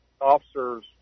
officers